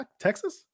Texas